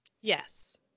Yes